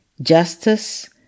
justice